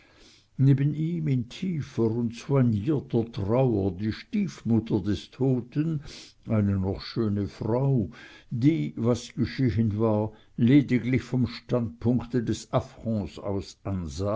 neben ihm in tiefer und soignierter trauer die stiefmutter des toten eine noch schöne frau die was geschehen war lediglich vom standpunkte des affronts aus